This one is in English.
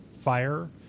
fire